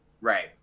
Right